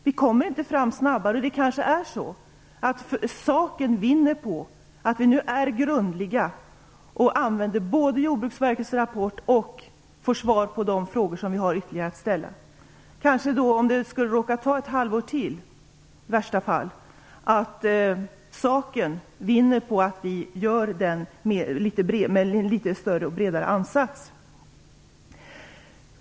Vi kommer inte fram snabbare, och det kanske är så att saken vinner på att vi nu är grundliga och både använder Jordbruksverkets rapport och får svar på de frågor vi ytterligare har att ställa. Om det skulle råka ta ett halvår till, i värsta fall, vinner ändå saken på att vi gör en litet större och bredare ansats.